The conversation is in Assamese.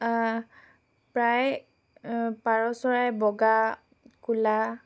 প্ৰায় পাৰ চৰাই বগা ক'লা